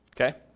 Okay